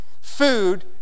food